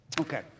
Okay